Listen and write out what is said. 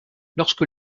lorsque